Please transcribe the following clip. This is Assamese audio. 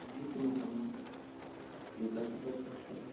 যিকোনো কামত যোগাযোগৰ ক্ষেত্ৰত